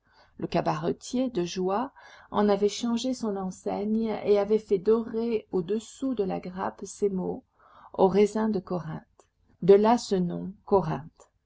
le cabaretier de joie en avait changé son enseigne et avait fait dorer au-dessous de la grappe ces mots au raisin de corinthe de là ce nom corinthe